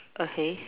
okay